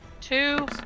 two